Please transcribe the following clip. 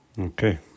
okay